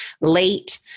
late